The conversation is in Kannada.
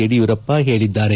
ಯಡಿಯೂರಪ್ಪ ಹೇಳಿದ್ದಾರೆ